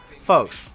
Folks